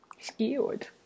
skewed